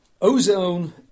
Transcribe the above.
ozone